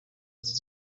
ubundi